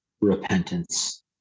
repentance